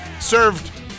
served